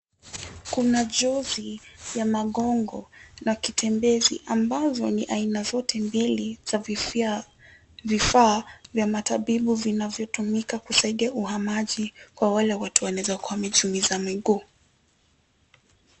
Kuna juzi ya magogo na kitembezi ambazo ni aina zote mbili za vifaa vya matabibu vinavyotumika kusaidia uhamaji kwa wale watu wanaweza kuwa wamejiumiza miguu.